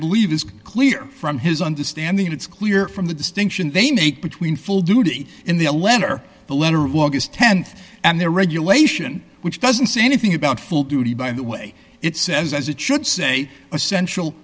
believe is clear from his understanding it's clear from the distinction they make between full duty in the letter the letter was th and the regulation which doesn't say anything about full duty by the way it says it should say essential